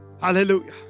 Hallelujah